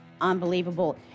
unbelievable